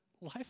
life